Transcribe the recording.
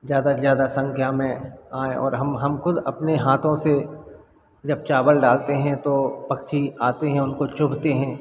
ज़्यादा से ज़्यादा संख्या में आएँ और हम हम खुद अपनी हाथों से जब चावल डालते हैं तो पक्षी आते हैं उसको चुगते हैं